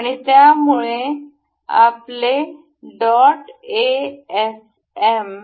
आणि यामुळे आपले डॉट ए एस एम